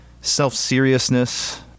self-seriousness